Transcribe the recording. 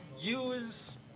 use